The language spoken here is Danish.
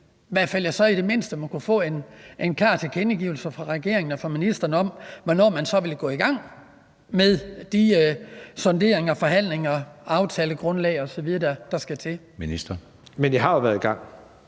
i hvert fald så i det mindste må kunne få en klar tilkendegivelse fra regeringen og fra ministeren af, hvornår man så vil gå i gang med de sonderinger, forhandlinger, aftalegrundlag osv., der skal til. Kl. 14:01 Anden